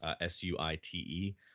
S-U-I-T-E